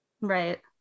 Right